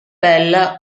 bella